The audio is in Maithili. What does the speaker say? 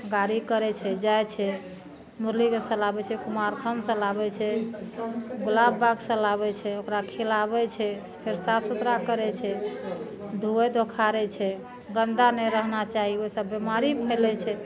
गाड़ी करै छै जाइ छै मुरलीगञ्ज सऽ लाबै छै कुमारखण्ड सए लाबै छै गुलाब बाग सऽ लाबै छै ओकरा खिलाबै छै फेर साफ सुथरा करै छै धुअइ धोखारै छै गन्दा नहि रहना चाही हि सऽ बिमारी फैलै छै